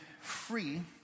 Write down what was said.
free